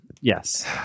Yes